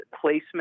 placement